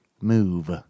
Move